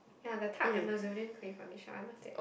ya the Tarte Amazonian clay foundation I love that